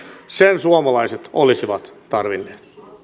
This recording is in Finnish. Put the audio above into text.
sen suomalaiset olisivat tarvinneet